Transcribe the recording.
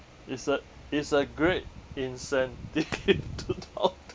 is a is a great incentive to talk to